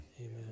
Amen